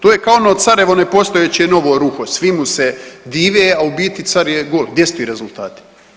To je kao ono carevo nepostojeće novo ruho, svi mu se dive, a u biti car je gol, gdje su ti rezultati?